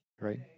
Right